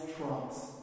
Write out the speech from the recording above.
trumps